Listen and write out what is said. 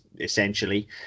essentially